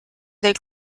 del